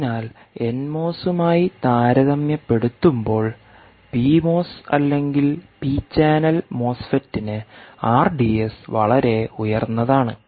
അതിനാൽ എൻ മോസുമായി താരതമ്യപ്പെടുത്തുമ്പോൾ പി മോസ് അല്ലെങ്കിൽ പി ചാനൽ മോസ്ഫെറ്റിന് ആർഡിഎസ് വളരെ ഉയർന്നതാണ്